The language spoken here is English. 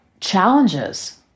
challenges